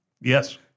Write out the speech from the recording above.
Yes